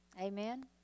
Amen